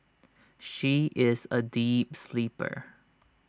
she is A deep sleeper